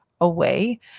away